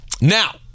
Now